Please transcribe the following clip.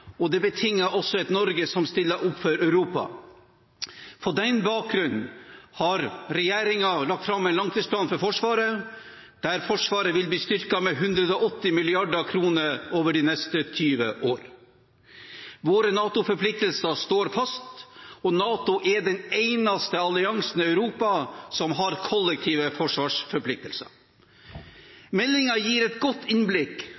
og det betinger også et Norge som stiller opp for Europa. På den bakgrunn har regjeringen lagt fram en langtidsplan for Forsvaret, der Forsvaret vil bli styrket med 180 mrd. kr over de neste 20 år. Våre NATO-forpliktelser står fast, og NATO er den eneste alliansen i Europa som har kollektive forsvarsforpliktelser. Meldingen gir et godt innblikk